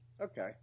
Okay